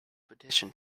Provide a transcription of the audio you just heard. petition